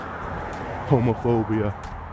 homophobia